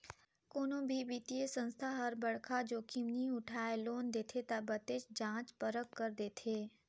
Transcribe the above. कोनो भी बित्तीय संस्था हर बड़खा जोखिम नी उठाय लोन देथे ता बतेच जांच परख कर देथे